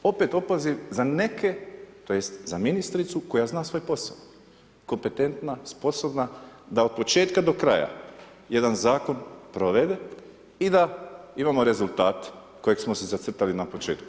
Opet opoziv za neke, tj. za ministricu, koja zna svoj posao, kompetentna, sposobna, da od početka, do kraja, jedan zakon provede i da imamo rezultat kojeg smo si zacrtali na početku.